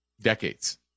decades